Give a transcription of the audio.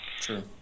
True